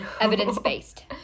Evidence-based